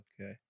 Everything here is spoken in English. Okay